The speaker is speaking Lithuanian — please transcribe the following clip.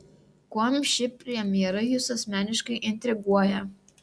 kuom ši premjera jus asmeniškai intriguoja